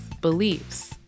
beliefs